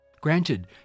Granted